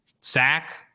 sack